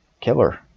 killer